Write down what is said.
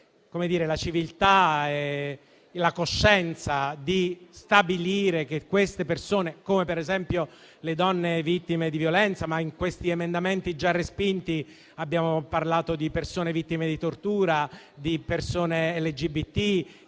la civiltà e la coscienza di occuparsi di queste persone, come per esempio le donne vittime di violenza. Negli emendamenti già respinti abbiamo parlato di persone vittime di tortura, di persone LGBT e di